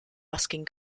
ruskin